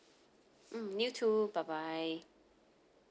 mm you too bye bye